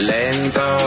Lento